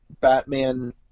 Batman